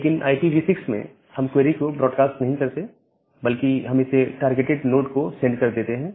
लेकिन IPv6 में हम क्वेरी को ब्रॉडकास्ट नहीं करते बल्कि हम इसे टारगेटेड नोड को सेंड कर देते हैं